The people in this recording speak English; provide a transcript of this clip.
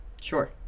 Sure